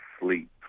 sleep